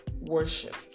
worship